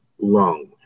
lung